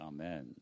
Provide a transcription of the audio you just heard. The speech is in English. Amen